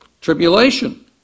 tribulation